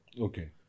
Okay